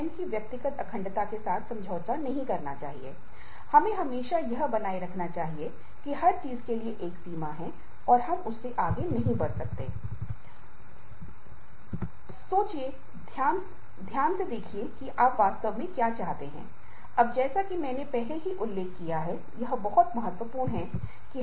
और यदि व्यक्ति घर और काम पर समान रूप से जोर देता है तो उन्हें नौकरी से संतुष्टि काम से संतुष्टि और संगठनात्मक प्रतिबद्धता की आवश्यकता होती है